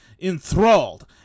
enthralled